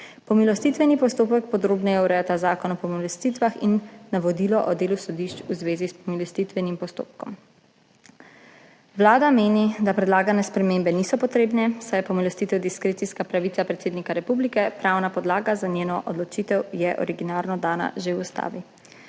Pomilostitveni postopek podrobneje urejata zakon o pomilostitvah in navodilo o delu sodišč v zvezi s pomilostitvenim postopkom. Vlada meni da predlagane spremembe niso potrebne, saj je pomilostitev **5. TRAK: (SB) – 14.20** (Nadaljevanje) diskrecijska pravica predsednika republike, pravna podlaga za njeno odločitev je originalno dana že v ustavi.